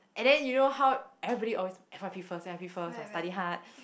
and then you know how every always f_y_p first f_y_p first must study hard